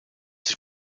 sich